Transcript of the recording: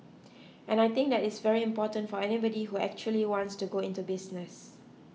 and I think that is very important for anybody who actually wants to go into business